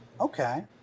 Okay